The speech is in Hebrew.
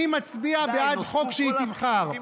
אני מצביע בעד חוק שהיא תבחר,